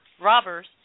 robbers